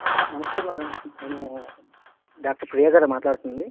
నమస్తే మేడం నేను డాక్టర్ ప్రియాగారా మాట్లాడుతుంది